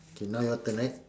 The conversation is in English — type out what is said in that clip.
K now your turn right